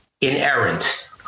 inerrant